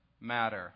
matter